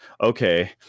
okay